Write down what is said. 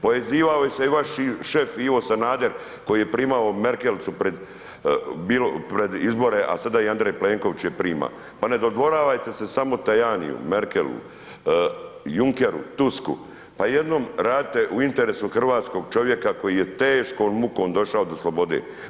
Povezivali se i vaši šef Ivo Sanader koji je primao Merkelicu pred izbore, a sada i Andrej Plenković je prima, pa ne dodvoravajte se samo Tajaniju, Merkelu, Junkeru, Tusku, pa jednom radite u interesu hrvatskog čovjeka koji je teškom mukom došao do slobode.